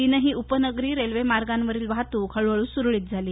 तिनही उपनगरी रेल्वे मार्गावरील वाहतुक हळूहळू सुरळित झाली